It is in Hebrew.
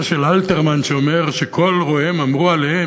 של אלתרמן שאומר: "כל רואיהם / אמרו עליהם,